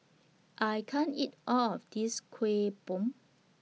I can't eat All of This Kuih Bom